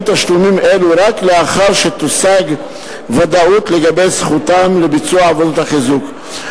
תשלומים אלו רק לאחר שתושג ודאות לגבי זכותם לביצוע עבודות החיזוק.